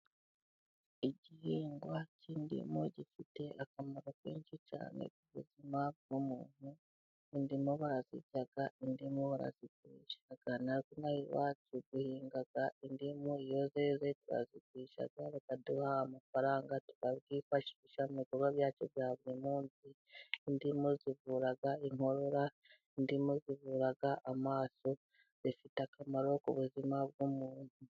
Igihingwa cy'indimu gifite akamaro kenshi cyane mu buzima bw'umuntu, indimu barazirya, indimu barazigurisha, natwe inaha iwacu duhinga indimu, iyo zeze turazigurisha bakaduha amafaranga tukayifashisha mu bikorwa byacu bya buri munsi, indimu zivura inkorora, indimu zivura amaso, zifite akamaro ku buzima bw'umuntu.